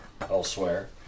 elsewhere